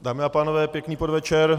Dámy a pánové, pěkný podvečer.